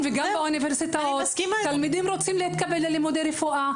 גם באוניברסיטאות תלמידים רוצים להתקבל ללימודי רפואה.